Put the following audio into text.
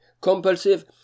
Compulsive